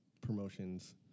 promotions